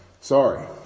sorry